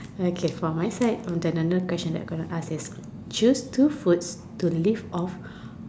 okay for my side on the another question that I gonna ask is choose two food to live off